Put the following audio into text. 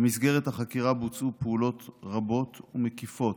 במסגרת החקירה בוצעו פעולות רבות ומקיפות,